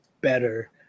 better